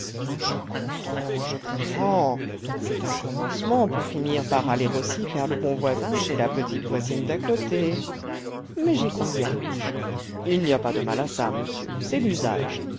je comprends je comprends c'est un commencement pour finir par aller aussi faire le bon voisin chez la petite voisine d'à côté mais j'y compte bien il n'y a pas de mal à ça monsieur c'est l'usage